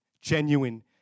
genuine